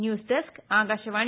news desk Akashvani